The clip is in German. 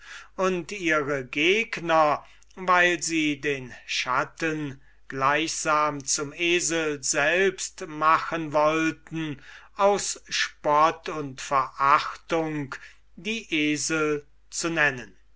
und ihre gegner weil sie den schatten gleichsam zum esel selbst machen wollten aus spott und verachtung die esel zu nennen